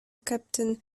captain